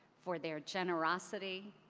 for their generosity,